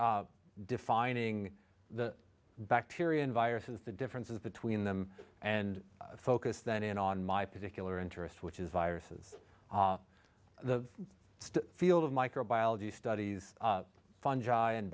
defining the bacteria and viruses the differences between them and focus then in on my particular interest which is viruses the stem field of microbiology studies fungi and